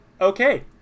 Okay